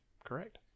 Correct